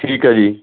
ਠੀਕ ਹੈ ਜੀ